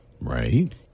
Right